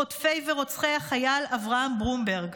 חוטפי ורוצחי החייל אברהם ברומברג.